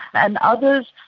and others,